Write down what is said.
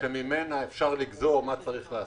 שממנה אפשר לגזור מה צריך לעשות.